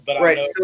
right